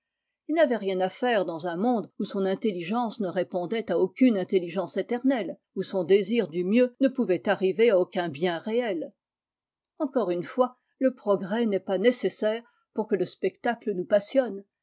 il n'avait rien à faire dans un monde où son intelligence ne répondait à aucune intelligence éternelle où son désir du mieux ne pouvait arriver à aucun bien réel encore une fois le progrès n'est pas nécessaire pour que le spectacle nous passionne